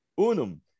unum